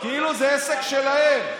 כאילו זה עסק שלהם.